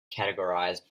categorized